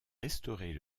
restaurer